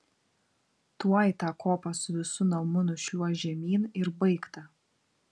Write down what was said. tuoj tą kopą su visu namu nušliuoš žemyn ir baigta